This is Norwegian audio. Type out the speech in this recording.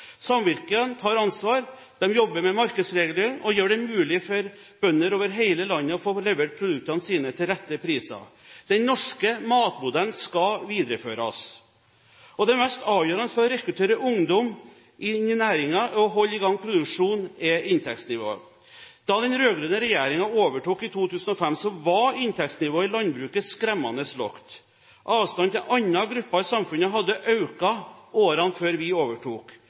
Samvirkene tar ansvar. De jobber med markedsregulering og gjør det mulig for bønder over hele landet å få levert produktene sine til rette priser. Den norske matmodellen skal videreføres. Det mest avgjørende for å rekruttere ungdom inn i næringen og holde i gang produksjonen er inntektsnivået. Da den rød-grønne regjeringen overtok i 2005, var inntektsnivået i landbruket skremmende lavt. Avstanden til andre grupper i samfunnet hadde økt i årene før vi overtok.